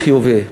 עידוד חיובי.